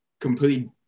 completely